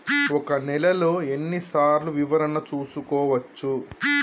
ఒక నెలలో ఎన్ని సార్లు వివరణ చూసుకోవచ్చు?